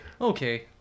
Okay